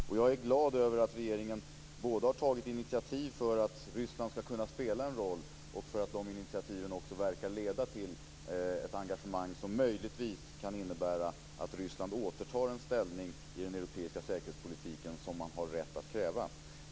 Herr talman! Det finns ingen viktigare uppgift internationellt just nu än att stoppa kriget, stoppa bombningarna och stoppa den etniska rensningen i federala republiken Jugoslavien. Jag är glad över att regeringen har tagit initiativ för att Ryssland skall kunna spela en roll och över att de initiativen också verkar leda till ett engagemang, som möjligtvis kan innebära att Ryssland återtar en ställning i den europeiska säkerhetspolitiken som man har rätt att kräva.